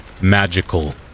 magical